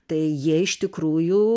tai jie iš tikrųjų